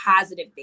positive